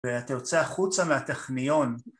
ואתה יוצא חוצה מהטכניון.